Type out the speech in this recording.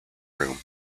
room